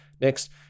next